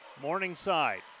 Morningside